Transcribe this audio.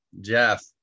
Jeff